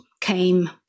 came